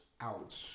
out